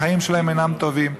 החיים שלהם אינם טובים.